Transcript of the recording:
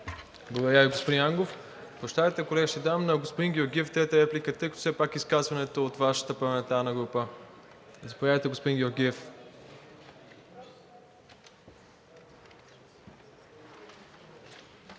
Благодаря Ви, господин Ангов. Прощавайте, колега, ще дам на господин Георгиев трета реплика, тъй като все пак изказването е от Вашата парламентарна група. Заповядайте, господин Георгиев.